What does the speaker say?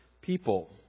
people